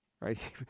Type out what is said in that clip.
Right